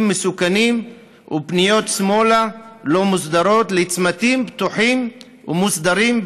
מסוכנים ופניות שמאלה לא מוסדרות לצמתים בטוחים ומוסדרים,